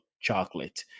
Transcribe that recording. chocolate